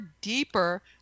deeper